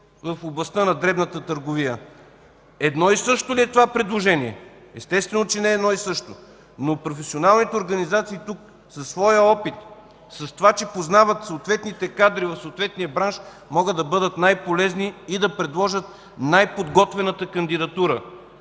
в областта на дребната търговия. Едно и също ли е това предложение? Естествено, че не е едно и също. Но професионалните организации тук със своя опит, с това, че познават съответните кадри в съответния бранш, могат да бъдат най-полезни и да предложат най-подготвената кандидатура.